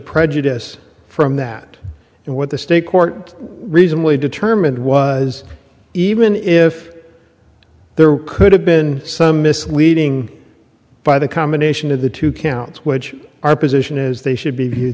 prejudice from that and what the state court reasonably determined was even if there could have been some misleading by the combination of the two counts which our position is they should be